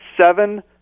seven